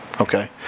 Okay